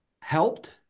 helped